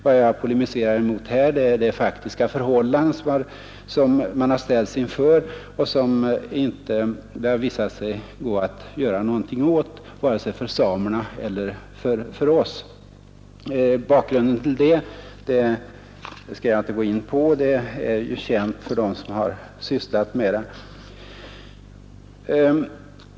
Vad jag polemiserar mot är de faktiska förhållanden som man har ställts inför och som det inte har visat sig möjligt att göra någonting åt vare sig för samerna eller för oss. Bakgrunden till det skall jag inte gå in på; den är ju känd för dem som har sysslat med saken.